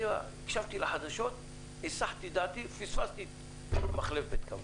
הקשבתי לחדשות הסחתי את דעתי ופספסתי את מחלף בית קמה.